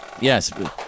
Yes